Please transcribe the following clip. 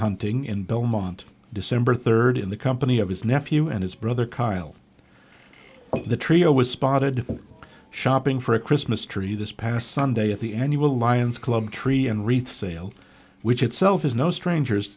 hunting in belmont december third in the company of his nephew and his brother kyle the trio was spotted shopping for a christmas tree this past sunday at the annual lions club tree and wreath sale which itself is no strangers